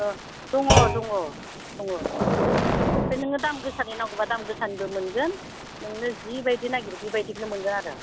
अह दङ दङ दङ ओमफ्राय नोङो दाम गोसानि नांगौबा दाम गोसानिबो मोनगोन नोंनो जि बायदियै नागिरो बेबायदियैनो मोनगोन आरो